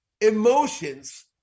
emotions